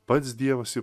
pats dievas į